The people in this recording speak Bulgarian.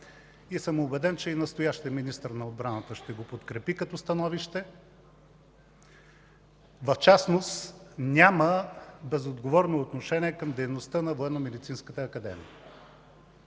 и съм убеден, че и настоящият министър на отбраната ще го подкрепи като становище. В частност няма безотговорно отношение към дейността на